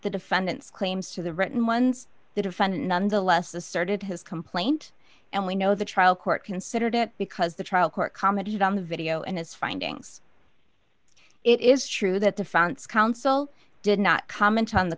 the defendant's claims to the written ones the defendant nonetheless asserted his complaint and we know the trial court considered it because the trial court commented on the video and his findings it is true that the founts counsel did not comment on the